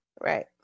right